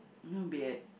no beard